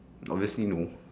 obviously no